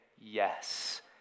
yes